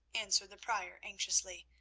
answered the prior anxiously,